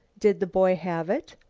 did the boy have it?